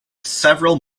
several